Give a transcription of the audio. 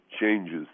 changes